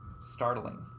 startling